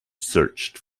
searched